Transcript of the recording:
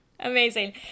amazing